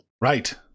Right